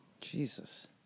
Jesus